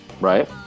right